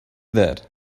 that